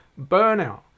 burnout